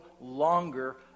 longer